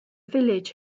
village